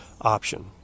option